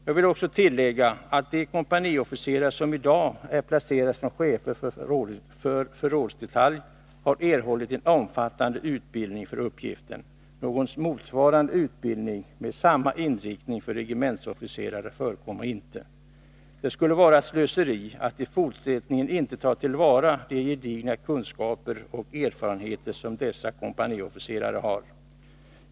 Jag vill också tillägga att de kompaniofficerare som i dag är placerade som chefer för förrådsdetalj har erhållit en omfattande utbildning för uppgiften. Någon motsvarande utbildning med samma inriktning för regementsofficerare förekommer inte. Det skulle vara ett slöseri att i fortsättningen inte ta till vara de gedigna kunskaper och erfarenheter som dessa kompaniofficerare har.